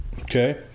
Okay